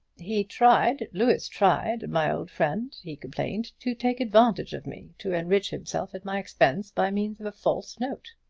he tried louis tried my old friend, he complained, to take advantage of me to enrich himself at my expense by means of a false note.